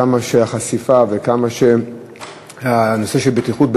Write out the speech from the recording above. כמה שהחשיפה וכמה שהעיסוק בנושא של בטיחות,